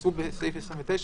שנעשו בסעיף 29,